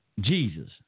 Jesus